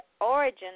origin